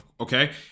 okay